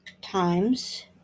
times